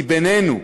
בינינו,